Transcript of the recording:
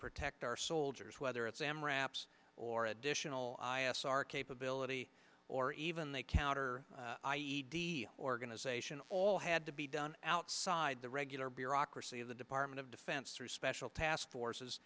protect our soldiers whether it's m wraps or additional i f r capability or even the counter i e d organization all had to be done outside the regular bureaucracy of the department of defense through special past forces